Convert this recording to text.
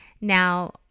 Now